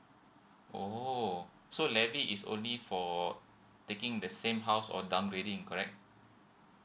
oh so levy is only for taking the same house or downgrading correct